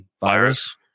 Virus